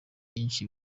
cyinshi